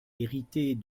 héritée